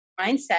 mindset